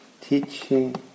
teaching